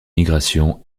migration